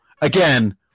again